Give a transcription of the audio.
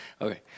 Okay